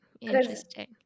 Interesting